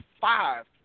five